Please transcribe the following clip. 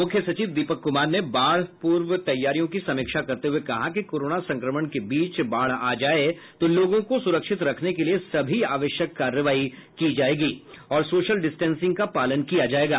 मूख्य सचिव दीपक कुमार ने बाढ़ पूर्व तैयारियों की समीक्षा करते हुए कहा कि कोरोना संक्रमण के बीच बाढ़ आ जाये तो लोगों को सुरक्षित रखने के लिए सभी आवश्यक कार्रवाई की जायेगी और सोशल डिस्टेनसिंग का पालन किया जायेगा